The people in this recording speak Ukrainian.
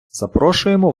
запрошуємо